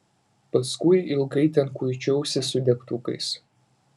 paskui ilgai ten kuičiausi su degtukais